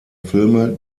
filme